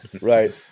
Right